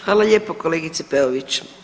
Hvala lijepo kolegice Peović.